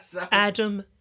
Adam